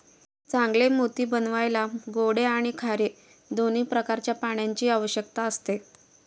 चांगले मोती बनवायला गोडे आणि खारे दोन्ही प्रकारच्या पाण्याची आवश्यकता असते